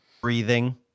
breathing